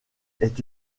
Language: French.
est